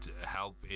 help